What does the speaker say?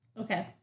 Okay